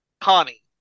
Connie